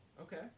Okay